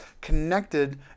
connected